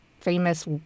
famous